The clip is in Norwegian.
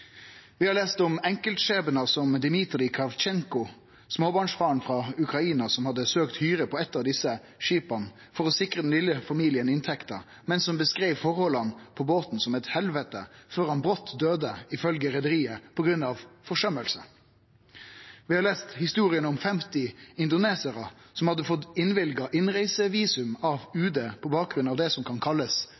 Vi har lese om enkeltskjebnar som Dimitrij Kravtsjenko, småbarnsfaren frå Ukraina, som hadde søkt hyre på eit av desse skipa for å sikre den vesle familien inntekter, men som beskreiv forholda på båten som eit helvete før han brått døydde, ifølgje reiarlaget på grunn av forsømming. Vi har lese historia om 50 indonesiarar som hadde fått innvilga innreisevisum av UD på bakgrunn av det som kan kallast